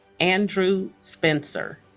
andrew spencer